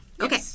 Okay